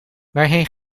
waarheen